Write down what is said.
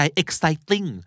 exciting